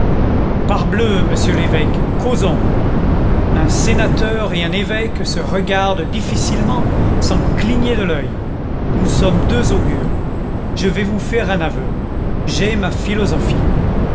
parbleu monsieur l'évêque causons un sénateur et un évêque se regardent difficilement sans cligner de l'oeil nous sommes deux augures je vais vous faire un aveu j'ai ma philosophie